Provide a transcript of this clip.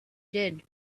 did